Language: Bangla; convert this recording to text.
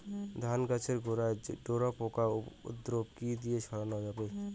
ধান গাছের গোড়ায় ডোরা পোকার উপদ্রব কি দিয়ে সারানো যাবে?